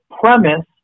premise